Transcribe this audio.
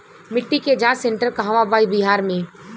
मिटी के जाच सेन्टर कहवा बा बिहार में?